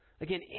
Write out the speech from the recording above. Again